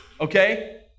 okay